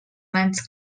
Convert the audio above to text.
mans